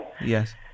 Yes